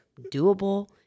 doable